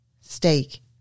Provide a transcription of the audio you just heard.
steak